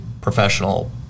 professional